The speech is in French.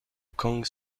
kang